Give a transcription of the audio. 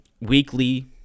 weekly